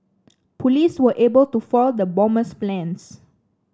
police were able to foil the bomber's plans